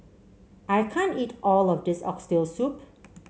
I can't eat all of this Oxtail Soup